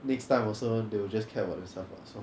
next time also they will just care about yourself also